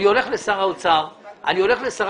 אני הולך לשר האוצר ואני הולך לשר